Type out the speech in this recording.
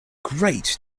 great